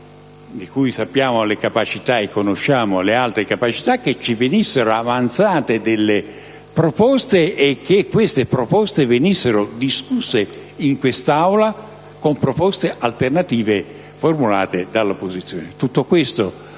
Ministro, di cui conosciamo le alte capacità, che venissero avanzate delle proposte, e che queste venissero discusse in quest'Aula, con le proposte alternative formulate dall'opposizione. Tutto questo